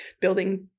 building